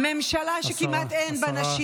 השרה.